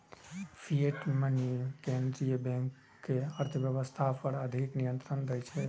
fiat money केंद्रीय bank कें अर्थव्यवस्था पर अधिक नियंत्रण दै छै